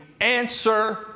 answer